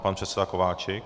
Pan předseda Kováčik.